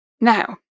Now